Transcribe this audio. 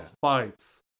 fights